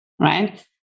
Right